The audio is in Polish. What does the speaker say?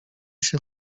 się